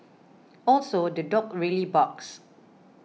also the dog really barks